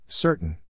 Certain